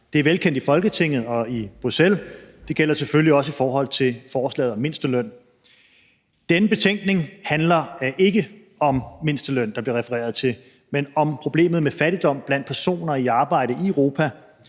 Det er velkendt i Folketinget og i Bruxelles, og det gælder selvfølgelig også i forhold til forslaget om mindsteløn. Denne betænkning handler ikke om mindsteløn, som der bliver refereret til, men om problemet med fattigdom blandt personer i arbejde i Europa,